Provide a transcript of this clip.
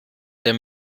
der